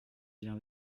vient